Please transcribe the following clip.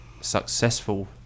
successful